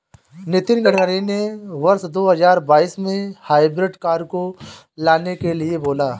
नितिन गडकरी ने वर्ष दो हजार बाईस में हाइब्रिड कार को लाने के लिए बोला